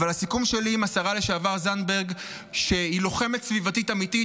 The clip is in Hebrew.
אבל הסיכום שלי עם השרה לשעבר זנדברג היה שהיא לוחמת סביבתית אמיתית,